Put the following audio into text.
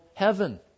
heaven